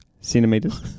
centimeters